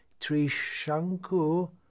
Trishanku